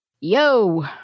Yo